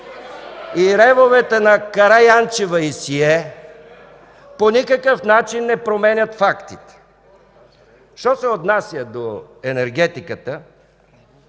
И ревовете на Караянчева и си е по никакъв начин не променят фактите. Що се отнася до енергетиката,